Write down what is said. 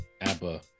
Abba